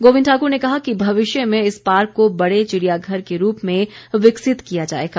गोविंद ठाकुर ने कहा कि भविष्य में इस पार्क को बड़े चिड़ियाघर के रूप में विकसित किया जाएगा